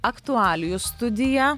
aktualijų studija